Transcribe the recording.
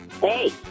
Hey